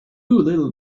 little